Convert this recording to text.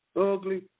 ugly